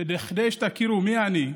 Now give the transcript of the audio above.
כדי שתכירו מי אני,